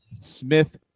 Smith